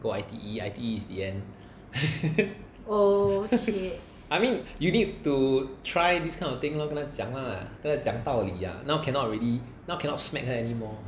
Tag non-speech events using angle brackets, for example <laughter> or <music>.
go I_T_E I_T_E is the end <laughs> I mean you need to try this kind of thing lor now cannot already now cannot smack her anymore